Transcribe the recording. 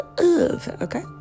okay